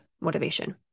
motivation